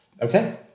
Okay